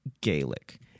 Gaelic